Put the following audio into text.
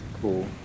Cool